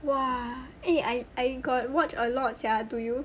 !wah! eh I I got watch a lot sia do you